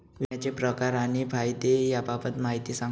विम्याचे प्रकार आणि फायदे याबाबत माहिती सांगा